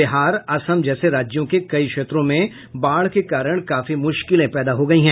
बिहार असम जैसे राज्यों के कई क्षेत्रों में बाढ़ के कारण काफी मुश्किलें पैदा हो हुई हैं